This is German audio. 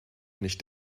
nicht